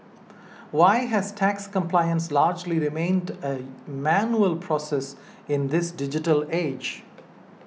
why has tax compliance largely remained a manual process in this digital age